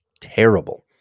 terrible